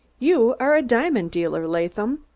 you are a diamond dealer, laadham,